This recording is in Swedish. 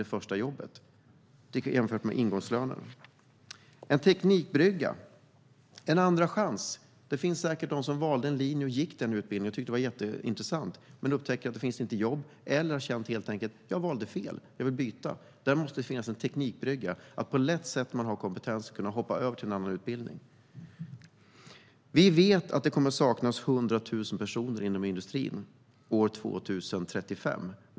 Vi har också tittat på en teknikbrygga och en andra chans. Det finns säkert de som valde en linje, gick utbildningen och tyckte att det var jätteintressant men sedan upptäcker att det inte finns några jobb eller helt enkelt känner att de valde fel och vill byta. Där måste det finnas en teknikbrygga så att man på ett lätt sätt, när man har en kompetens, kan hoppa över till en annan utbildning. Vi vet att det kommer att saknas 100 000 personer inom industrin år 2035.